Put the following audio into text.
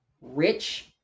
rich